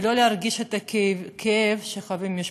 ולא להרגיש את הכאב שחוות המשפחות.